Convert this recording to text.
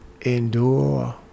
endure